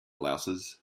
louses